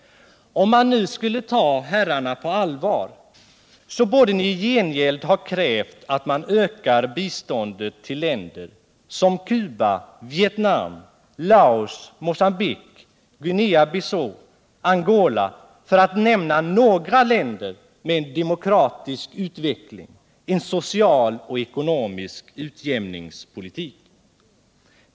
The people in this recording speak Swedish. Om man nu skulle ta herrarna på allvar borde ni i gengäld ha krävt att man ökar biståndet till länder som Cuba, Vietnam, Laos, Mogambique, Guinea Bissau och Angola för att nämna några länder med en demokratisk utveckling, en social och ekonomisk utjämningspolitik.